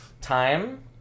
time